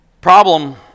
problem